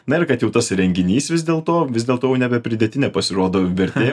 na ir kad jau tas renginys vis dėl to vis dėl to jau nebepridėtinė pasirodo vertė